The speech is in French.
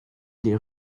les